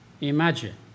Imagine